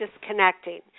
disconnecting